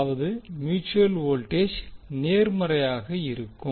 அதாவது mutual voltage நேர்மறையாக இருக்கும்